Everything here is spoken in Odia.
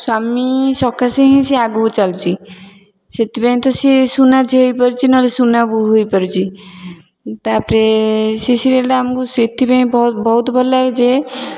ସ୍ୱାମୀ ସକାସେ ହିଁ ସିଏ ଆଗକୁ ଚାଲୁଛି ସେଥିପାଇଁ ତ ସିଏ ସୁନାଝିଅ ହେଇପାରୁଛି ନହେଲେ ସୁନାବୋହୂ ହେଇପାରୁଛି ତା'ପରେ ସେ ସିରଏଲଟା ଆମକୁ ସେଥିପାଇଁ ବହୁତ ଭଲ ଲାଗେ ଯେ